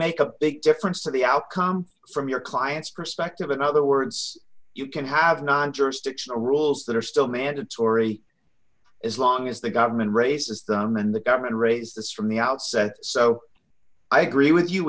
make a big difference to the outcome from your client's perspective in other words you can have non jurisdictional rules that are still mandatory as long as the government raises them and the government raises this from the outset so i agree with you